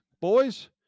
boys